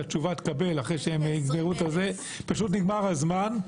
נגמר הזמן,